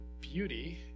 beauty